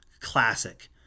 Classic